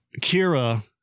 Kira